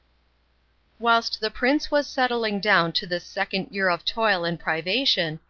whilst the prince was settling down to this second year of toil and privation,